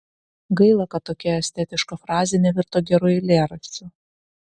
gaila kad tokia estetiška frazė nevirto geru eilėraščiu